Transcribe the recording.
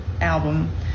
album